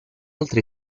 oltre